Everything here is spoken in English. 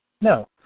No